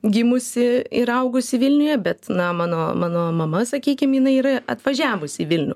gimusi ir augusi vilniuje bet na mano mano mama sakykim jinai yra atvažiavusi į vilnių